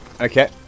Okay